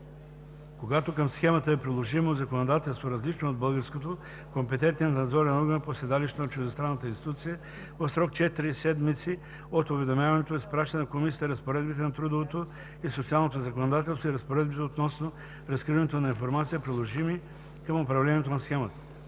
Когато към схемата е приложимо законодателство, различно от българското, компетентният надзорен орган по седалището на чуждестранната институция в срок 4 седмици от уведомяването изпраща на комисията разпоредбите на трудовото и социалното законодателство и разпоредбите относно разкриването на информация, приложими към управлението на схемата.